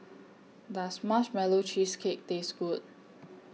Does Marshmallow Cheesecake Taste Good